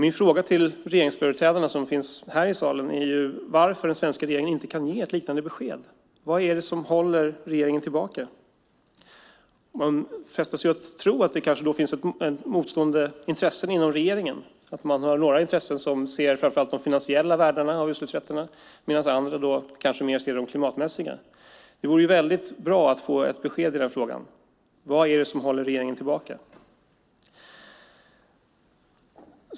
Min fråga till regeringsföreträdarna som finns här i salen är varför den svenska regeringen inte kan ge ett liknande besked. Vad är det som håller regeringen tillbaka? Man frestas att tro att det kanske finns motstående intressen inom regeringen. Man har några intressen som framför allt ser de finansiella värdena av utsläppsrätterna, medan andra kanske mer ser de klimatmässiga. Det vore väldigt bra att få ett besked i den frågan. Vad är det som håller regeringen tillbaka?